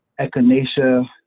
Echinacea